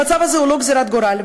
המצב הזה הוא לא גזירת גורל,